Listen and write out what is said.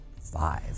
five